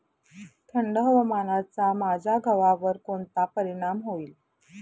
थंड हवामानाचा माझ्या गव्हावर कोणता परिणाम होईल?